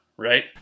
right